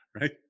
right